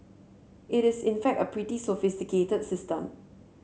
it is in fact a pretty sophisticated system